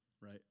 right